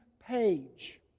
Page